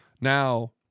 Now